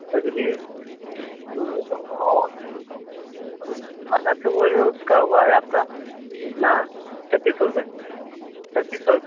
अच्छा चलिए और अलग से बोल रहें उसका हुआ है आपका कितना छत्तीस सौ रुपए छत्तीस सौ